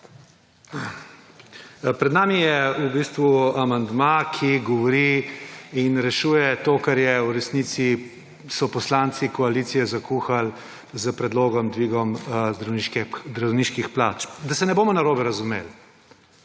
Pred nami je v bistvu amandma, ki govori in rešuje to, kar je v resnici, so poslanci koalicije zakuhal z predlogom dvigom zdravniških plač. Da se ne bomo narobe razumel,